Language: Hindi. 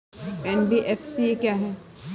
एन.बी.एफ.सी क्या है?